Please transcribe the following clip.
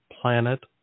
planet